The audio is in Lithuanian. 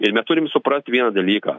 ir mes turim suprast vieną dalyką